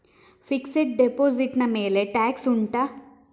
fixed deposit ನ ಮೇಲೆ tax ಉಂಟಾ